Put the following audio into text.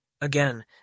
Again